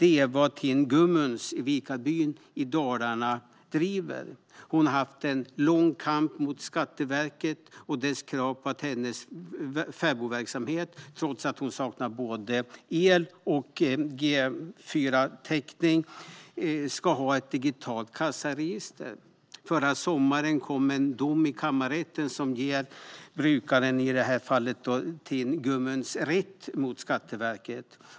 Tin Gumuns i Vikarbyn i Dalarna har fört en lång kamp mot Skatteverket och kraven på att hennes fäbodverksamhet ska ha ett digitalt kassaregister trots att hon saknar både el och 4G-täckning. Förra sommaren kom en dom i kammarrätten som gav Tin Gumuns rätt mot Skatteverket.